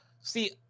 See